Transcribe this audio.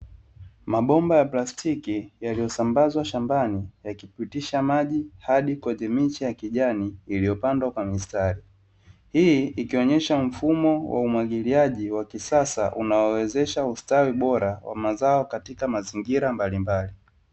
Mabomba ya plastiki yaliyosambazwa shambani yakipitisha maji hadi kwenye miche ya kijani iliyopandwa kwa mistari, hii ikionyesha mfumo wa umwagiliaji wa kisasa unaowezesha ustawi bora wa mazao katika mazingira mbalimbali.